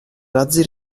razzi